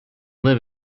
live